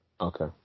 Okay